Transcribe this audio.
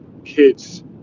kids